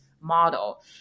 model